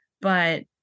but-